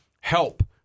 help